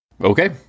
Okay